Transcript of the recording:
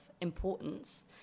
importance